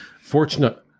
fortunate